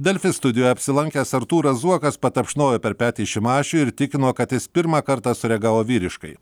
delfi studijoje apsilankęs artūras zuokas patapšnojo per petį šimašiui ir tikino kad jis pirmą kartą sureagavo vyriškai